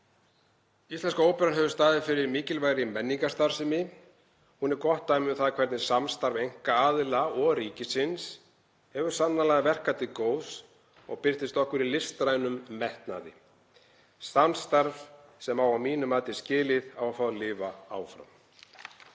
Íslenska óperan hefur staðið fyrir mikilvægri menningarstarfsemi. Hún er gott dæmi um það hvernig samstarf einkaaðila og ríkisins hefur sannarlega verkað til góðs og birtist okkur í listrænum metnaði; samstarf sem á að mínu mati skilið að fá að lifa áfram.